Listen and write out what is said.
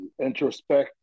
introspect